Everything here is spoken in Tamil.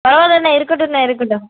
பரவாயில்லண்ணா இருக்கட்டுண்ணா இருக்கட்டும்